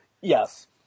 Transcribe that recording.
Yes